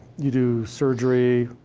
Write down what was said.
you do surgery,